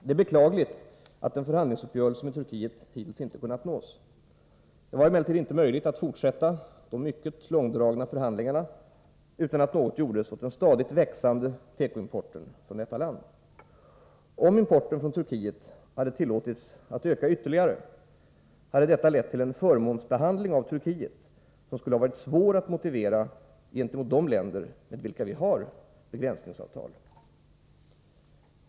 Det är beklagligt att en förhandlingsuppgörelse med Turkiet hittills inte kunnat nås. Det var emellertid inte möjligt att fortsätta de mycket långdragna förhandlingarna utan att något gjordes åt den stadigt växande tekoimporten från detta land. Om importen från Turkiet hade tillåtits att öka ytterligare, hade detta lett till en förmånsbehandling av Turkiet som skulle ha varit svår att motivera gentemot de länder med vilka vi har begränsningsavtal.